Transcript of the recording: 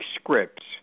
scripts